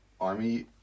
army